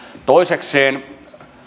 toisekseen